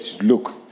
Look